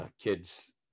kids